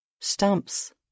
stumps